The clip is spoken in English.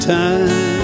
time